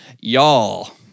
y'all